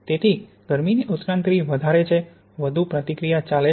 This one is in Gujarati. તેથી ગરમી ની ઉત્ક્રાંતિ વધારે છે વધુ પ્રતિક્રિયા ચાલે છે